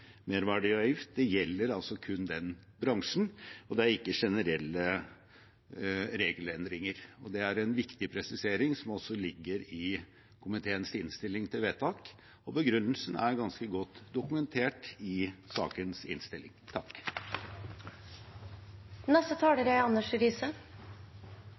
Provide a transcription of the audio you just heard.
gjelder altså kun den bransjen, og det er ikke generelle regelendringer. Det er en viktig presisering, som også ligger i komiteens innstilling til vedtak. Begrunnelsen er ganske godt dokumentert i sakens innstilling.